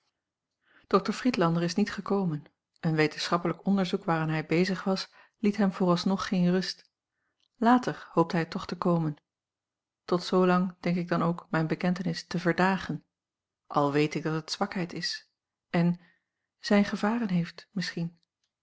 dr friedlander is niet gekomen een wetenschappelijk onderzoek waaraan hij bezig was liet hem vooralsnog geen rust later hoopte hij toch te komen tot zoolang denk ik dan ook mijne a l g bosboom-toussaint langs een omweg bekentenis te verdagen al weet ik dat het zwakheid is en zijne gevaren heeft misschien